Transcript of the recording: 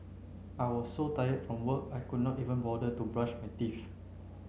I was so tired from work I could not even bother to brush my teeth